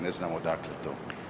Ne znam odakle to.